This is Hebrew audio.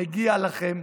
מגיע לכם.